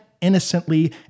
innocently